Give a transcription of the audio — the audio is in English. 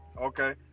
okay